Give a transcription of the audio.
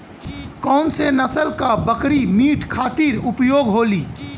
कौन से नसल क बकरी मीट खातिर उपयोग होली?